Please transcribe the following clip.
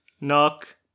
Knock